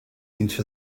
into